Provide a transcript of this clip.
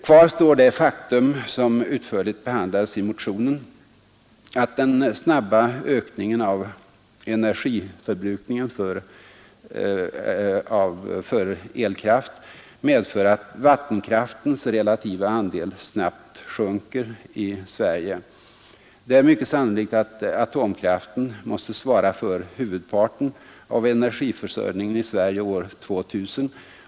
Kvar står det faktum, som utförligt behandlades i motionen, att den snabba ökningen av förbrukningen av elkraft medför att vattenkraftens relativa andel snabbt sjunker i Sverige. Det är mycket sannolikt att atomkraften måste svara för huvudparten av energiförsörjningen i Sverige år 2000.